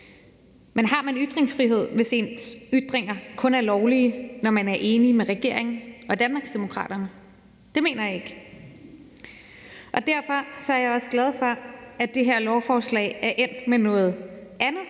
Men har man ytringsfrihed, hvis ens ytringer kun er lovlige, når man er enig med regeringen og Danmarksdemokraterne? Det mener jeg ikke. Derfor er jeg også glad for, at det her lovforslag er endt med noget andet